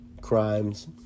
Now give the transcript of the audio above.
crimes